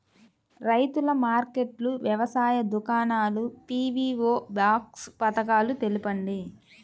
రైతుల మార్కెట్లు, వ్యవసాయ దుకాణాలు, పీ.వీ.ఓ బాక్స్ పథకాలు తెలుపండి?